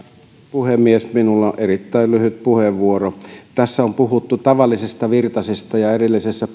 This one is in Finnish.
puhemies minulla on erittäin lyhyt puheenvuoro tässä on puhuttu tavallisesta virtasesta ja edellisessä